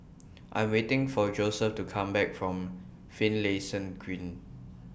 I waiting For Joseph to Come Back from Finlayson Green